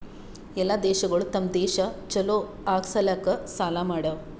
ಎಲ್ಲಾ ದೇಶಗೊಳ್ ತಮ್ ದೇಶ ಛಲೋ ಆಗಾ ಸಲ್ಯಾಕ್ ಸಾಲಾ ಮಾಡ್ಯಾವ್